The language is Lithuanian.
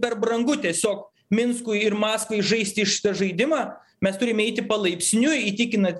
per brangu tiesiog minskui ir maskvai žaisti šitą žaidimą mes turime eiti palaipsniui įtikinant